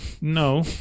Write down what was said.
no